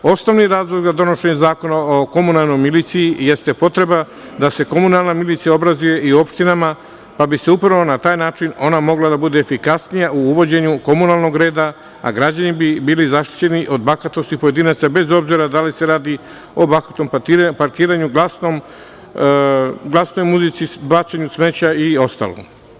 Osnovni razlog za donošenje zakona o komunalnoj miliciji jeste potreba da se komunalna milicija obrazuje i u opštinama, pa bi upravo na taj način ona mogla da bude efikasnije u uvođenju komunalnog reda, a građani bi bili zaštićeni od bahatosti pojedinaca, bez obzira da li se radi o bahatom parkiranju, glasnoj muzici, bacanju smeća i ostalom.